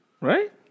Right